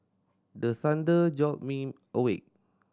the thunder jolt me awake